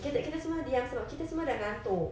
kita kita semua diam sebab kita semua dah ngantuk